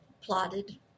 plotted